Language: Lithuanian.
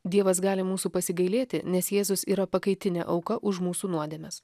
dievas gali mūsų pasigailėti nes jėzus yra pakaitinė auka už mūsų nuodėmes